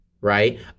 Right